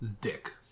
dick